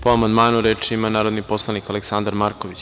Po amandmanu, reč ima narodni poslanik Aleksandar Marković.